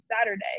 Saturday